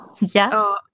Yes